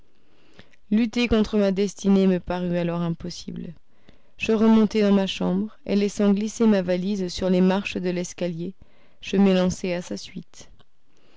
lutter contre ma destinée me parut alors impossible je remontai dans ma chambre et laissant glisser ma valise sur les marches de l'escalier je m'élançai à sa suite